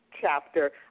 chapter